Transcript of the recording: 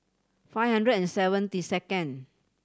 five hundred and seventy second